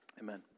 Amen